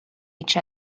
each